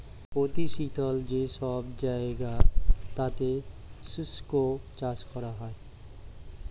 অতি শীতল যে সব জায়গা তাতে শুষ্ক চাষ করা হয়